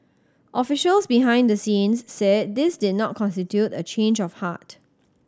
officials behind the scenes said this did not constitute a change of heart